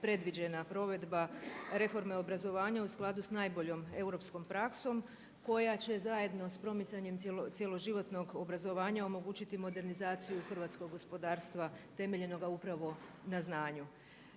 predviđena provedba reforme obrazovanja u skladu sa najboljom europskom praksom koja će zajedno sa promicanjem cjeloživotnog obrazovanja omogućiti modernizaciju hrvatskog gospodarstva temeljenoga upravo na znanju.